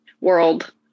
world